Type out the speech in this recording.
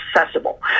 accessible